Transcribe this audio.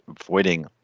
avoiding